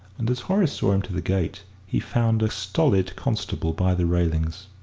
and as horace saw him to the gate, he found a stolid constable by the railings.